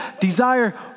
desire